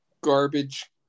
garbage